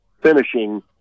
finishing